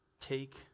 take